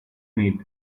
meal